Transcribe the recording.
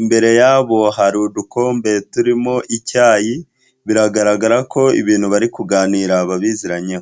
imbere yabo hari udukombe turimo icyayi, biragaragara ko ibintu bari kuganira babiziranyeho.